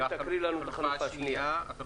תקריא לנו את החלופה השנייה.